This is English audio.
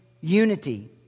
unity